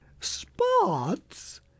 Spots